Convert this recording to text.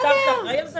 יש שר שאחראי על זה.